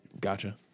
Gotcha